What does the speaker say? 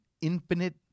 infinite